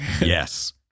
Yes